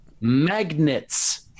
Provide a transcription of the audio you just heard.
Magnets